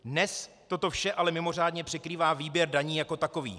Dnes toto vše ale mimořádně překrývá výběr daní jako takový.